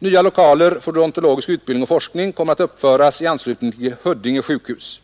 Nya lokaler för odontologisk utbildning och forskning kommer att uppföras i anslutning till Huddinge sjukhus.